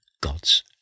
God's